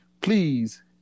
please